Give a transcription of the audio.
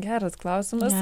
geras klausimas